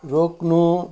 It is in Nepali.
रोक्नु